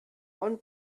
one